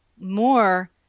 more